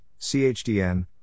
CHDN